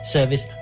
Service